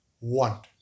want